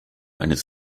eines